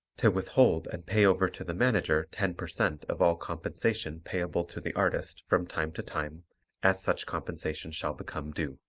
to withhold and pay over to the manager ten percent of all compensation payable to the artist from time to time as such compensation shall become due.